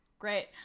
great